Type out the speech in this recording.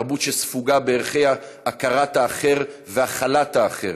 תרבות שספוגה בערכי הכרת האחר והכלת האחר.